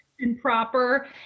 improper